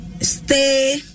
Stay